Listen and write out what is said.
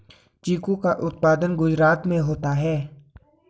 चीकू का उत्पादन गुजरात में होता है